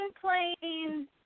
playing